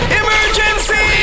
emergency